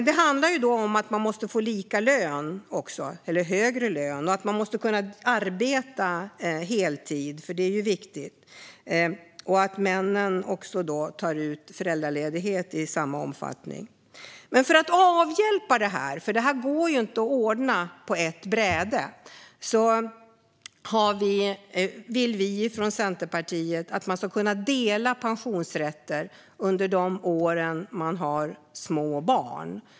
Det handlar om att man måste ha lika lön, eller högre lön, och om att man måste kunna arbeta heltid, för det är viktigt, liksom att männen tar ut föräldraledighet i samma omfattning. För att avhjälpa det här - för det går inte att ordna på ett bräde - vill vi från Centerpartiet att man ska kunna dela pensionsrätter under de år man har små barn.